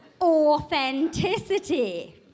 authenticity